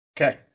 Okay